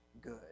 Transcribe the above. good